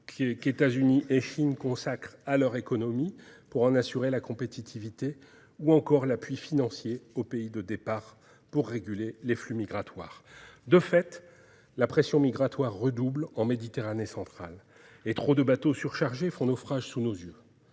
États-Unis et la Chine consacrent à leur économie pour en assurer la compétitivité, ou encore l'appui financier aux pays de départ pour réguler les flux migratoires ? De fait, la pression migratoire redouble en Méditerranée centrale et trop de bateaux surchargés font naufrage sous nos yeux.